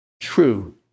True